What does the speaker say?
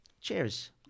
Cheers